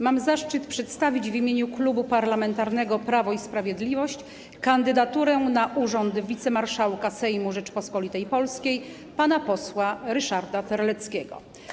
Mam zaszczyt przedstawić w imieniu Klubu Parlamentarnego Prawo i Sprawiedliwość kandydaturę na urząd wicemarszałka Sejmu Rzeczypospolitej Polskiej pana posła Ryszarda Terleckiego.